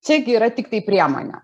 čiagi yra tiktai priemonė